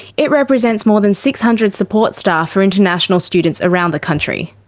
it represents more than six hundred support staff for international students around the country.